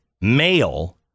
male